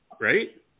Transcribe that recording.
right